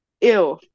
ew